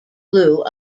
blue